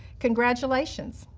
congratulations,